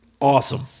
Awesome